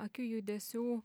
akių judesių